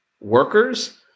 workers